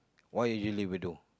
why usually we don't